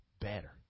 better